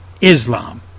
Islam